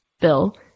Bill